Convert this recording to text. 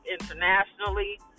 internationally